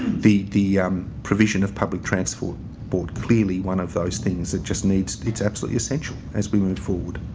the the provision of public transport but clearly one of those things that just needs it's absolutely essential as we move forward.